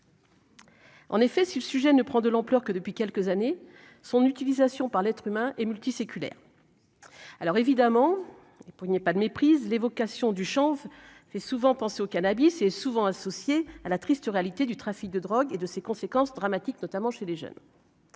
En effet, si le sujet ne prend de l'ampleur que depuis quelques années, son utilisation par l'être humain est multiséculaire, alors évidemment, et puis il y pas de méprise l'évocation du chance fait souvent penser au cannabis est souvent associé à la triste réalité du trafic de drogue et de ses conséquences dramatiques, notamment chez les jeunes,